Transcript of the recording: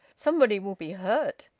somebody will be hurt!